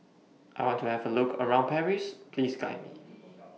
I want to Have A Look around Paris Please Guide Me